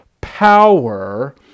power